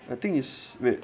I think is wait